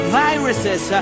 viruses